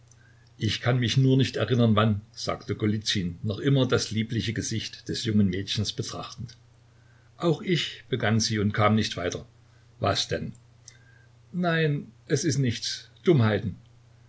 ich kann mich nur nicht erinnern wann sagte golizyn noch immer das liebliche gesicht des jungen mädchens betrachtend auch ich begann sie und kam nicht weiter was denn nein es ist nichts dummheiten